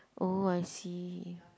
oh I see